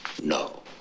No